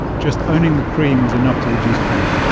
just owning the cream was enough to reduce pain